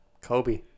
Kobe